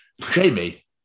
Jamie